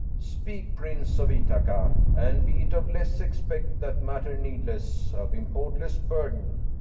speak, prince of ithaca and be't of less expect that matter needless, of importless burden,